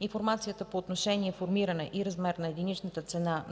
Информацията по отношение формиране и размер на единичната цена